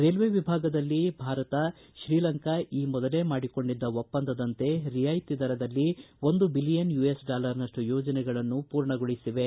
railway ವಿಭಾಗದಲ್ಲಿ ಭಾರತ ಶ್ರೀಲಂಕಾ ಈ ಮೊದಲೇ ಮಾಡಿಕೊಂಡಿದ್ದ ಒಪ್ಪಂದದಂತೆ ರಿಯಾಯ್ತಿ ದರದಲ್ಲಿ ಒಂದು ಬಿಲಿಯನ್ ಯುಎಸ್ ಡಾಲರ್ನಷ್ಟು ಯೋಜನೆಗಳನ್ನು ಪೂರ್ಣಗೊಳಿಸಿವೆ